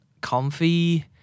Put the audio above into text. comfy